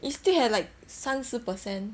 it still had like 三十 percent